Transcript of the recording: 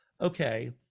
okay